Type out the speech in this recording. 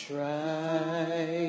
Try